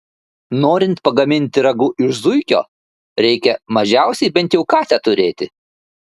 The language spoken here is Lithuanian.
norint pagaminti ragu iš zuikio reikia mažiausiai bent jau katę turėti